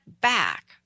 back